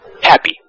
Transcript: happy